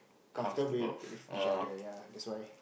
comfortable with each other ya that's why